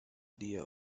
idea